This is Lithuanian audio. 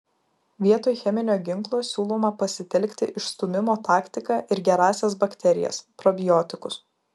vietoj cheminio ginklo siūloma pasitelkti išstūmimo taktiką ir gerąsias bakterijas probiotikus